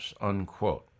unquote